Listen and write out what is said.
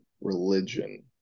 religion